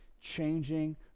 changing